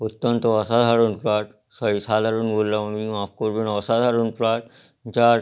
অত্যন্ত অসাধারণ player sorry সাধারণ বললাম আমি মাপ করবেন অসাধারণ প্লেয়ার যার